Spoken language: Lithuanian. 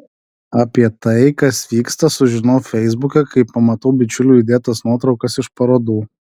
apie tai kas vyksta sužinau feisbuke kai pamatau bičiulių įdėtas nuotraukas iš parodų